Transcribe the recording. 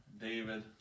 David